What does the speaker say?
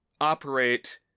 operate